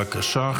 בבקשה.